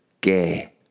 gay